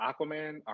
Aquaman